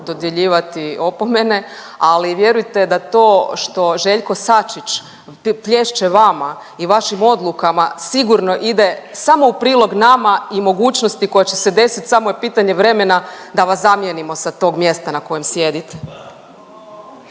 dodjeljivati opomene, ali vjerujte da to što Željko Sačić plješće vama i vašim odlukama sigurno ide samo u prilog nama i mogućnosti koja će se desit samo je pitanje vremena da vas zamijenimo sa tog mjesta na kojem sjedite.